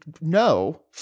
no